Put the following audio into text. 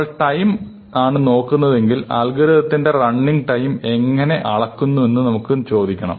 നമ്മൾ ടൈം ആണ് നോക്കുകയാണെങ്കിൽ അൽഗോരിതത്തിന്റെ റണ്ണിങ് ടൈം എങ്ങനെ അളക്കുന്നുവെന്ന് നമുക്ക് ചോദിക്കണം